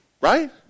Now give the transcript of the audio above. Right